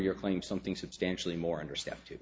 your claim something substantially more intercepted